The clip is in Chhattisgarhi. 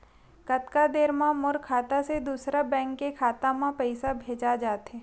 कतका देर मा मोर खाता से दूसरा बैंक के खाता मा पईसा भेजा जाथे?